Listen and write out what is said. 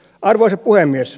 arvoisa puhemies